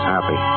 happy